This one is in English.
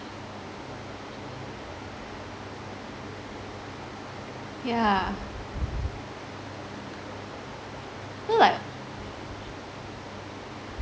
yeah so like